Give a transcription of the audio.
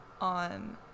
on